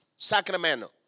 Sacramento